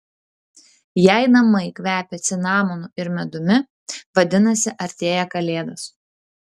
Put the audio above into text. jei namai kvepia cinamonu ir medumi vadinasi artėja kalėdos